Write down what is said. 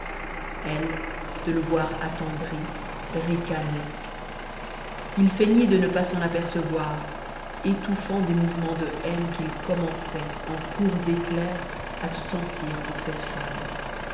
elle de le voir attendri ricanait il feignit de ne pas s'en apercevoir étouffant des mouvements de haine qu'il commençait en courts éclairs à se sentir pour cette femme